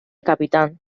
capitán